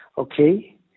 Okay